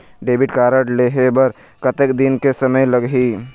Debit card लेहे बर कतेक दिन के समय लगही?